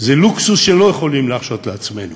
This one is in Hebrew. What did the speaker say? זה לוקסוס שאנחנו לא יכולים להרשות לעצמנו.